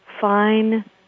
fine